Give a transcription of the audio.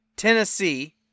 Tennessee